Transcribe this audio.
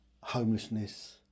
homelessness